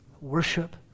worship